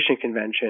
convention